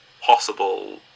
possible